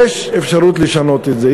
יש אפשרות לשנות את זה.